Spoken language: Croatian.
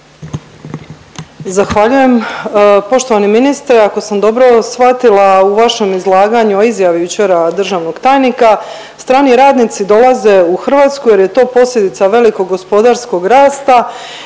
Zahvaljujem. Poštovani ministre ako sam dobro shvatila u vašem izlaganju o izjavi jučer državnog tajnika, strani radnici dolaze u Hrvatsku jer je to posljedica velikog gospodarskog rasta